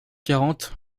quarante